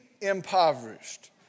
impoverished